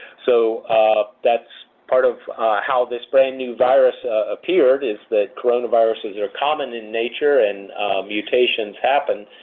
so that's part of how this brand-new virus appeared is that coronaviruses are common in nature and mutations happen.